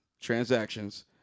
transactions